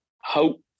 hope